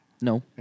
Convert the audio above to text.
No